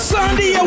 Sunday